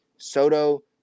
Soto